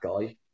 guy